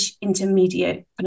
intermediate